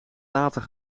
later